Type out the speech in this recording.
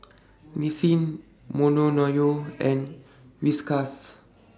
Nissin and Whiskas